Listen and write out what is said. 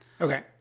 Okay